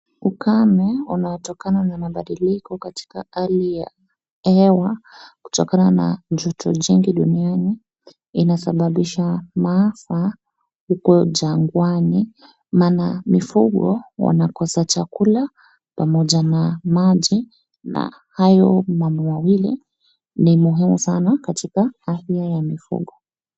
Ukame unaotokana na mabadiliko katika hali ya hewa kutokana na joto jingi duniani, inasababisha maafa huko jangwani, maana mifugo wanakosa chakula pamoja na maji na hayo mambo mawawili ni muhimu sana katika afya ya mifugo.